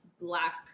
black